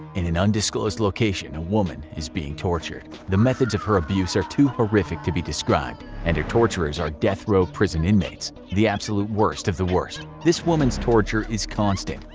in an undisclosed location, a woman is being tortured. the methods of her abuse are too horrific to be described, and her torturers are death-row prison inmates the absolute worst of the worst. this woman's torture is constant,